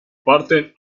parten